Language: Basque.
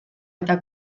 eta